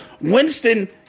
Winston